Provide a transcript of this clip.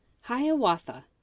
Hiawatha